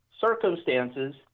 circumstances